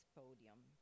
podium